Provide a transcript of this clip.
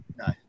No